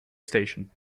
station